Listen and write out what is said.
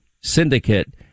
syndicate